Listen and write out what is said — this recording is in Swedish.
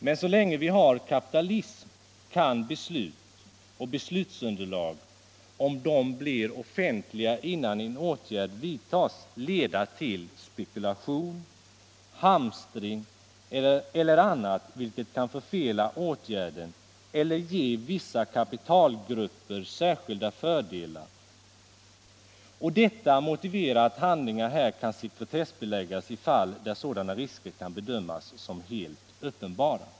Men så länge vi har kapitalism kan beslut — och beslutsunderlag —- om de blir offentliga innan en åtgärd vidtas leda till spekulation, hamstring eHer annat, vilket kan förfela åtgärden eller ge vissa kapitalgrupper särskilda fördelar. Detta motiverar att handlingar här kan sekretessbeläggas i fall där sådana risker kan bedömas som helt uppenbara.